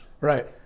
Right